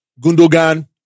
Gundogan